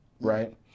right